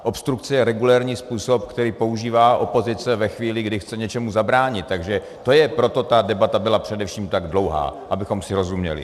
Obstrukce je regulérní způsob, který používá opozice ve chvíli, kdy chce něčemu zabránit, takže to je, proto ta debata byla především tak dlouhá, abychom si rozuměli.